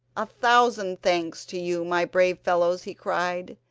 a thousand thanks to you, my brave fellows he cried.